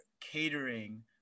catering